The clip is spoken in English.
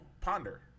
Ponder